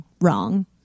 wrong